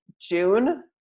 June